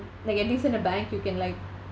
like at least in the bank you can like